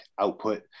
output